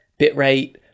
bitrate